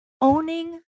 owning